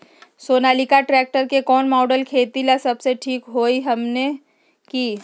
Sonalika tractor के कौन model खेती ला सबसे ठीक होई हमने की?